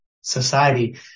society